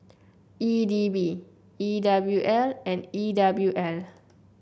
E D B E W L and E W L